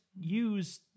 use